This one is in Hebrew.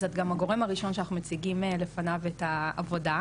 אז את גם הגורם הראשון שאנחנו מציגים בפניו את העבודה.